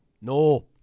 No